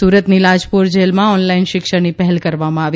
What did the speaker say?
સુરતની લાજપોર જેલમાં ઓનલાઇન શિક્ષણની પહેલ કરવામાં આવી